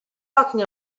talking